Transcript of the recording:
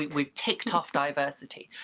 we've ticked off diversity.